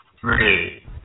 three